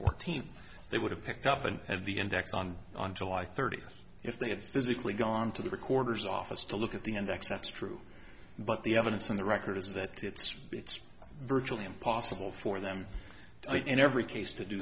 fourteenth they would have picked up and had the index on on july thirtieth if they had physically gone to the recorder's office to look at the end x that's true but the evidence on the record is that it's it's virtually impossible for them in every case